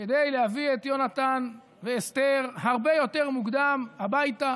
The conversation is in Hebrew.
כדי להביא את יונתן ואסתר הרבה יותר מוקדם הביתה